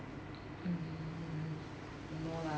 mm no lah